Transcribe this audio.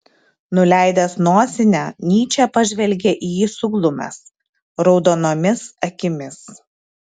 nuleidęs nosinę nyčė pažvelgė į jį suglumęs raudonomis akimis